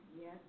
Yes